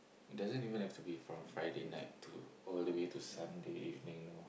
doesn't even have to be from Friday night to all the way to Sunday evening no